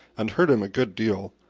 and hurt him a good deal,